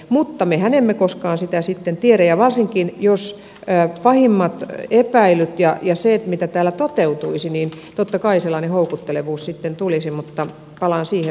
mutta mehän emme koskaan sitä sitten tiedä ja varsinkin jos pahimmat epäilyt mitä täällä on tullut toteutuisivat niin totta kai sellainen houkuttelevuus sitten tulisi mutta palaan siihen vähän myöhemmin